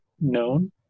known